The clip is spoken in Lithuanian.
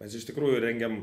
mes iš tikrųjų rengiam